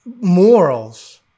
morals